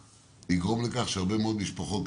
זה יגרום לכך שהרבה מאוד משפחות,